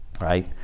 right